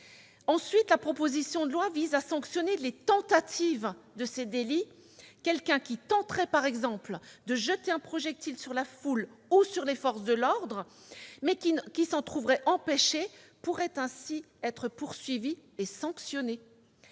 part, la proposition de loi prévoit de sanctionner les tentatives de ces délits. Quelqu'un qui tenterait de jeter un projectile sur la foule ou sur les forces de l'ordre, mais qui s'en trouverait empêché, pourrait ainsi être poursuivi et sanctionné.